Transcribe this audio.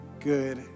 good